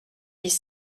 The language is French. dix